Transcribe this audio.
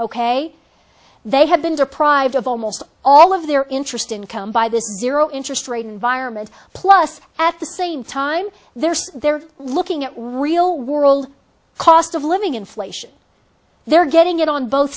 ok they have been deprived of almost all of their interest income by this zero interest rate environment plus at the same time they're they're looking at real world cost of living inflation they're getting it on both